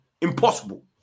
Impossible